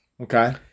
Okay